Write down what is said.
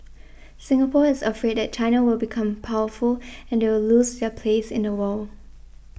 Singapore is afraid that China will become powerful and they will lose their place in the world